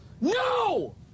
no